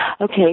Okay